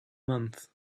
month